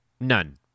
None